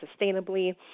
sustainably